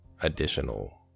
additional